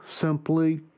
simply